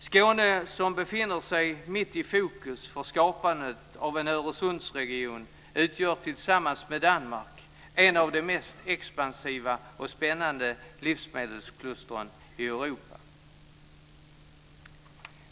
Skåne som befinner sig mitt i fokus för skapandet av en Öresundsregion utgör tillsammans med Danmark en av de mest expansiva och spännande livsmedelsklustren i Europa.